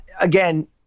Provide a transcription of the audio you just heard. again